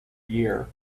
year